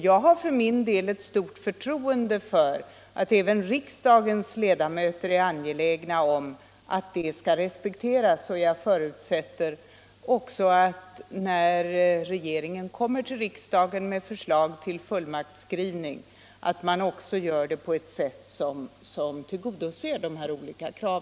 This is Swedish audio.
Jag har för min del ett stort förtroende för att riksdagens ledamöter är angelägna om att det önskemålet skall respekteras. Jag förutsätter också att regeringen när den lägger fram förslag för riksdagen om fullmaktsskrivning skall göra det på ett sätt som tillgodoser dessa krav.